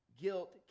guilt